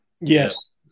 Yes